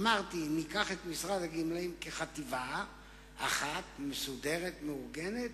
אמרתי שניקח את משרד הגמלאים כחטיבה אחת מסודרת ומאורגנת,